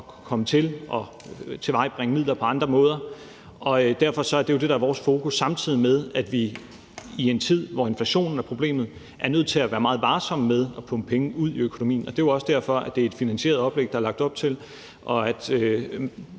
kunne tilvejebringe midler på andre måder. Derfor er det jo det, der er vores fokus, samtidig med at vi i en tid, hvor inflationen er problemet, er nødt til at være meget varsomme med at pumpe penge ud i økonomien. Det er også derfor, at det er et finansieret oplæg, der er lagt op til, og at